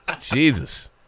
Jesus